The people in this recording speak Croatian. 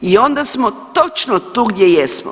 I onda smo točno tu gdje jesmo.